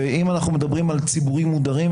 אם אנחנו מדברים על ציבורים מודרים,